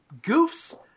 goofs